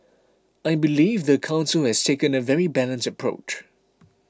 I believe the council has taken a very balanced approach